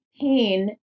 pain